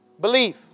Belief